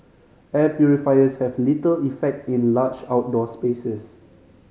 air purifiers have little effect in large outdoor spaces